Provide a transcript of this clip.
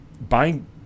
Buying